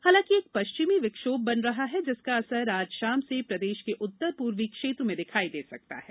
हालांकि एक पश्चिमी विक्षोभ बन रहा है जिसका असर आज शाम से प्रदेश के उत्तर पूर्वी क्षेत्र में दिखाई दे सकता है